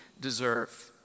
deserve